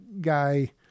guy